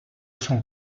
son